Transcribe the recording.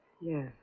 Yes